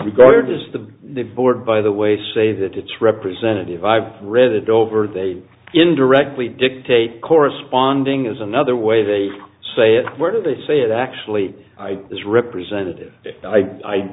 regard as the the board by the way say that it's representative i've read it over they indirectly dictate corresponding is another way they say it where they say it actually is representative i i